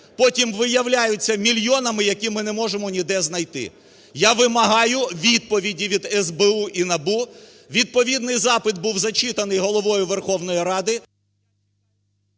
потім виявляються мільйонами, які ми не можемо ніде знайти. Я вимагаю відповіді від СБУ і НАБУ, відповідний запит був зачитаний Головою Верховної Ради.